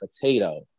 potato